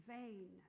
vain